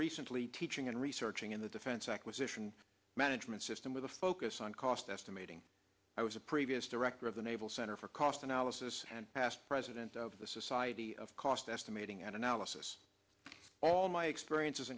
recently teaching and researching in the defense acquisition management system with a focus on cost estimating i was a previous director of the naval center for cost analysis and past president of the society of cost estimating and analysis all my experiences